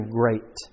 great